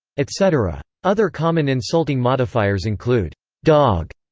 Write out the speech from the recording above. etc. other common insulting modifiers include dog,